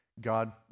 God